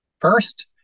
First